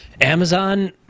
Amazon